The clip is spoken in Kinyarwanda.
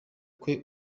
kwe